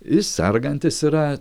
jis sergantis yra